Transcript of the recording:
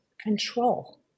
control